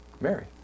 Mary